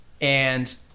And-